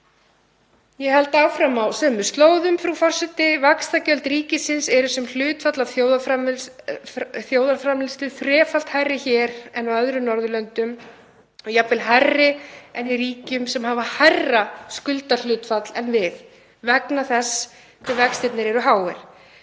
íslenska ríkið. Frú forseti. Vaxtagjöld ríkisins eru, sem hlutfall af þjóðarframleiðslu, þrefalt hærri hér en á öðrum Norðurlöndum og jafnvel hærri en í ríkjum sem hafa hærra skuldahlutfall en við vegna þess hve vextirnir eru háir.